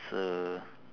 it's a